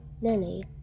lily